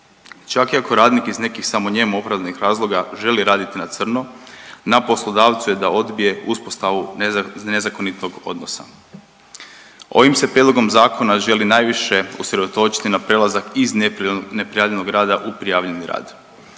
Čak i ako radnik iz nekih samo njemu opravdanih razloga želi raditi na crno, na poslodavcu je da odbije uspostavu nezakonitog odnosa. Ovim se Prijedlogom zakona želi najviše usredotočiti na prelazak iz neprijavljenog rada u prijavljeni rad,